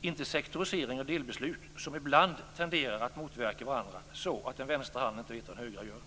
inte sektorisering och delbeslut som ibland tenderar att motverka varandra så att den vänstra handen inte vet vad den högra gör.